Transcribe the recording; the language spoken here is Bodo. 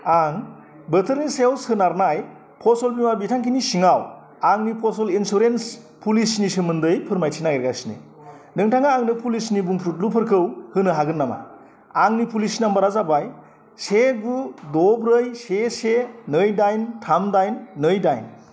आं बोथोरनि सायाव सोनारनाय फसल बीमा बिथांखिनि सिङाव आंनि फसल इन्सुरेन्स प'लिसिनि सोमोन्दै फोरमायथि नागिरगासिनो नोंथाङा आंनो प'लिसिनि बुंफ्रुद्लुफोरखौ होनो हागोन नामा आंनि प'लिसि नाम्बारा जाबाय से गु द' ब्रै से से नै दाइन थाम दाइन नै दाइन